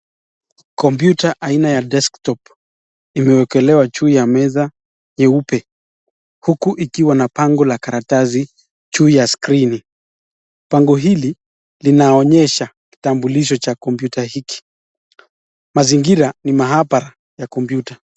Kompyuta aina ya desktop imewekelewa juu ya meza nyeupe huku ikiwa na pango la karatasi juu ya skrini. Pango hili linaonyesha kitambulisho cha kompyuta hiki. Mazingira ni maabara ya kompyuta.